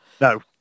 no